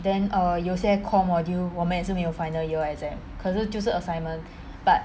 then err 有些 core module 我们也是没有 final year exam 可是就是 assignment but